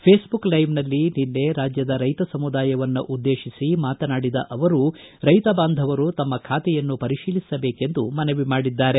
Facebook ಲೈವ್ನಲ್ಲಿ ರಾಜ್ಯದ ರೈತ ಸಮುದಾಯವನ್ನುದ್ದೇಶಿಸಿ ಮಾತನಾಡಿದ ಅವರು ರೈತ ಬಾಂಧವರು ತಮ್ಮ ಖಾತೆಯನ್ನು ಪರಿಶೀಲಿಸಬೇಕೆಂದು ಮನವಿ ಮಾಡಿದ್ದಾರೆ